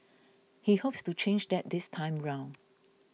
he hopes to change that this time round